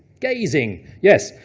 gazing, yes.